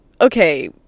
okay